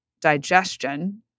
digestion